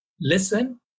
listen